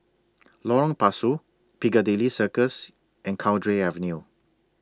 Lorong Pasu Piccadilly Circus and Cowdray Avenue